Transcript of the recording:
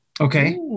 Okay